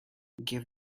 give